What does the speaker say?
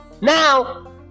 now